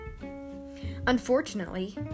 Unfortunately